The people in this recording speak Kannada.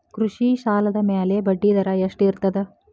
ಕೃಷಿ ಸಾಲದ ಮ್ಯಾಲೆ ಬಡ್ಡಿದರಾ ಎಷ್ಟ ಇರ್ತದ?